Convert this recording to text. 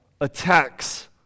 attacks